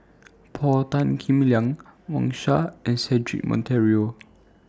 Paul Tan Kim Liang Wang Sha and Cedric Monteiro